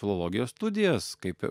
filologijos studijas kaip